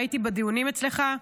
הייתי בדיונים אצלך,